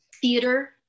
theater